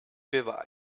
beweis